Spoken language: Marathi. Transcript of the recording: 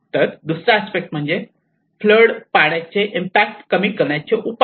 तर दुसरा अस्पेक्ट म्हणजे फ्लड पाण्याचे इम्पॅक्ट कमी करण्याचे उपाय